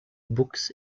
books